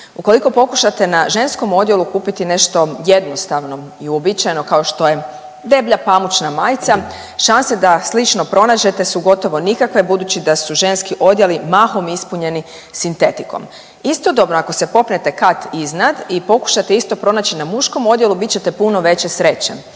Ukoliko pokušate na ženskom odjelu kupiti nešto jednostavno i uobičajeno kao što je deblja pamučna majica, šanse da slično pronađete su gotovo nikakve budući da su ženski odjeli mahom ispunjeni sintetikom. Istodobno ako se popnete kat iznad i pokušate isto pronaći na muškom odjelu bit ćete puno veće sreće.